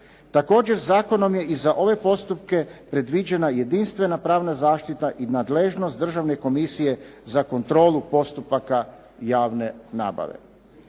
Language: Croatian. Također, zakonom je i za ove postupke predviđena jedinstvena pravna zaštita i nadležnost Državne komisije za kontrolu postupaka javne nabave.